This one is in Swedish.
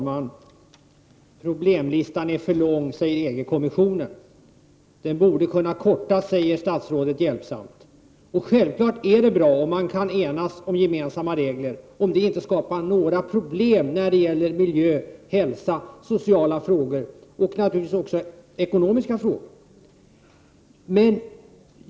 Herr talman! EG-kommissionen säger att problemlistan är för lång. Den borde kunna kortas, säger statsrådet hjälpsamt. Självfallet är det bra om man kan enas om gemensamma regler, om det inte skapar några problem när det gäller miljö, hälsa, sociala frågor och ekonomiska frågor.